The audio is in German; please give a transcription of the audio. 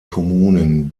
kommunen